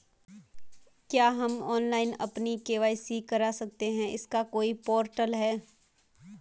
क्या हम ऑनलाइन अपनी के.वाई.सी करा सकते हैं इसका कोई पोर्टल है?